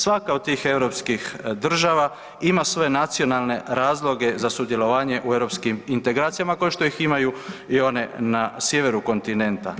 Svaka od tih europskih država ima svoje nacionalne razloge za sudjelovanje u europskim integracijama kao što ih imaju i one na sjeveru kontinenta.